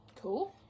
Cool